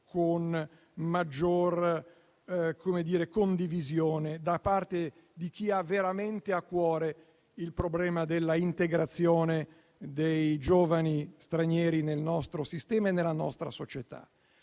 con maggiore condivisione da parte di chi ha veramente a cuore il problema della integrazione dei giovani stranieri nel nostro sistema e nella nostra società.